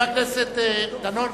חבר הכנסת דנון,